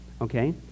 Okay